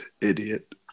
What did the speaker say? Idiot